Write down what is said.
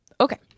Okay